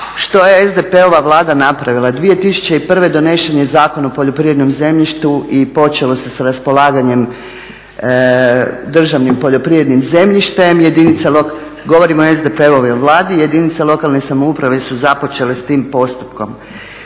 Što je SDP-ova Vlada napravila? 2001. donesen je Zakon o poljoprivrednom zemljištu i počelo se s raspolaganjem državnim poljoprivrednim zemljištem. Govorim o SDP-ovoj Vladi. Jedinice lokalne samouprave su započele s tim postupkom.